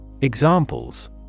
Examples